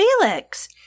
Felix